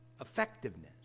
effectiveness